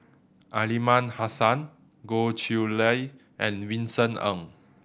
Aliman Hassan Goh Chiew Lye and Vincent Ng